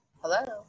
Hello